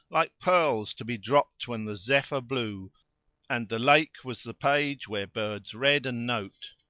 like pearls to be dropt when the zephyr blew and the lake was the page where birds read and note,